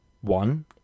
One